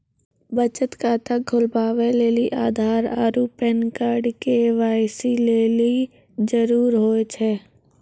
बचत खाता खोलबाबै लेली आधार आरू पैन कार्ड के.वाइ.सी लेली जरूरी होय छै